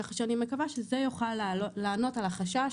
כך שאני מקווה שזה יוכל לענות על החשש